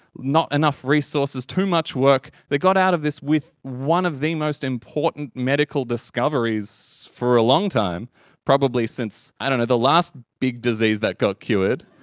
not enough resources, too much work, they got out of this with one of the most important medical discoveries for a long time probably since and the last big disease that got cured.